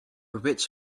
rich